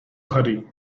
hurry